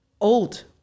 old